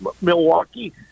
Milwaukee